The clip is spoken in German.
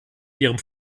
ihrem